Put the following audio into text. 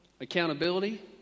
accountability